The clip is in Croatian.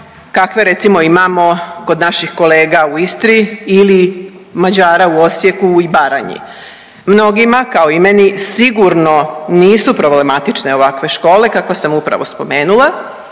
kakve recimo imamo kod naših kolega u Istri ili Mađara u Osijeku i Baranji. Mnogima kao i meni sigurno nisu problematične ovakve škole kakve sam upravo spomenula